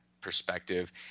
perspective